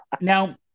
Now